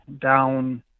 down